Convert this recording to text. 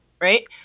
right